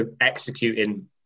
executing